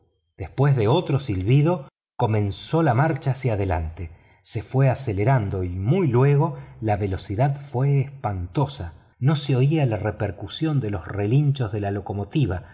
después de otro silbido comenzó la marcha hacia delante se fue acelerando y muy luego la velocidad fue espantosa no se oía la repercusión de los relínchos de la locomotora